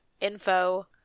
info